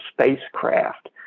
spacecraft